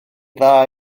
dda